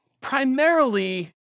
primarily